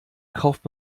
kauft